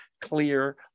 clear